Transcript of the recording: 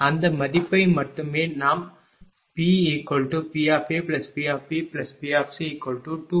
அந்த மதிப்பை மட்டுமே நாம் PPAPBPC240×30×1